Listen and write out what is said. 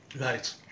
Right